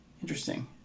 Interesting